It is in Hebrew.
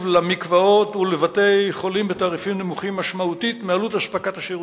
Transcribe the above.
למקוואות ולבתי-חולים בתעריפים נמוכים משמעותית מעלות אספקת השירותים.